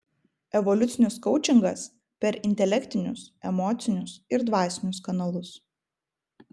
evoliucinis koučingas per intelektinius emocinius ir dvasinius kanalus